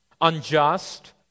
unjust